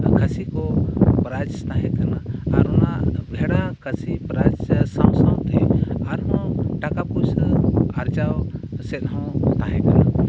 ᱠᱷᱟᱹᱥᱤ ᱠᱚ ᱯᱨᱟᱭᱤᱡᱽ ᱛᱟᱦᱮᱸ ᱠᱟᱱᱟ ᱟᱨ ᱚᱱᱟ ᱵᱷᱮᱲᱟ ᱠᱷᱟᱹᱥᱤ ᱯᱨᱟᱭᱤᱡᱽ ᱥᱮ ᱥᱟᱶ ᱥᱟᱶᱛᱮ ᱟᱨᱦᱚᱸ ᱴᱟᱠᱟ ᱯᱩᱭᱥᱟᱹ ᱟᱨᱡᱟᱣ ᱥᱮᱫᱦᱚᱸ ᱛᱟᱦᱮᱸ ᱠᱟᱱᱟ